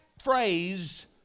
Phrase